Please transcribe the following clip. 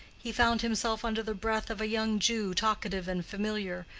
he found himself under the breath of a young jew talkative and familiar,